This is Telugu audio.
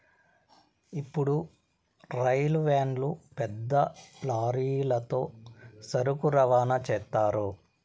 ఇప్పుడు రైలు వ్యాన్లు పెద్ద లారీలతో సరుకులు రవాణా చేత్తారు